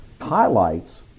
highlights